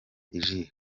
ijisho